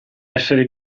essere